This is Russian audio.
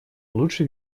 лучше